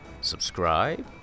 subscribe